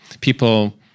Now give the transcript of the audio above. people